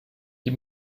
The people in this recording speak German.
die